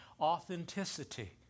authenticity